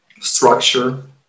Structure